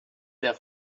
der